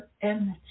energy